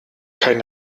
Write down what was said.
kein